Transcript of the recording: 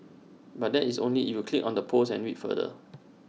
but that is only if you click on the post and read further